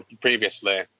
Previously